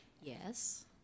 Yes